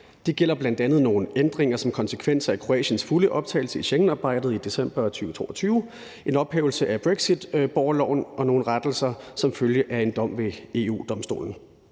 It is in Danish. Det gælder bl.a. nogle ændringer som konsekvens af Kroatiens fulde optagelse i Schengensamarbejdet i december 2022, en ophævelse af brexitborgerloven og nogle rettelser som følge af en dom ved EU-Domstolen.